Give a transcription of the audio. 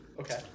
Okay